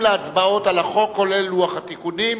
על החוק, כולל לוח התיקונים.